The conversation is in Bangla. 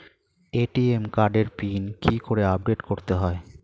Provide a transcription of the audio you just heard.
এ.টি.এম কার্ডের পিন কি করে আপডেট করতে হয়?